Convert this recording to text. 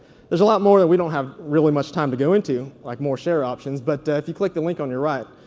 there's a lot more that we don't have really much time to go into, like more share options, but if you click the link on your right,